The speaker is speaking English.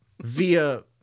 via